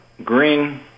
green